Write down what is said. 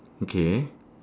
okay